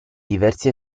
diversi